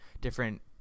different